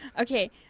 Okay